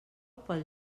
pel